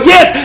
Yes